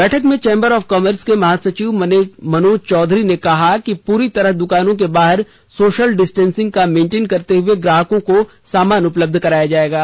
बैठक में chamber of commerce के महासचिव मनोज चौधरी ने कहा पूरी तरह द्कानों के बाहर सोशल डिस्टेंस का मेंटेन करते हए ग्राहकों को सामान उपलब्ध कराएंगे